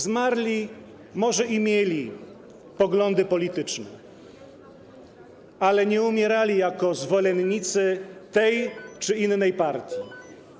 Zmarli może i mieli poglądy polityczne, ale nie umierali jako zwolennicy tej czy innej partii.